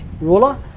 ruler